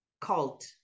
cult